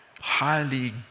highly